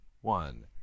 one